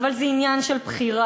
אבל זה עניין של בחירה.